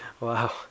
Wow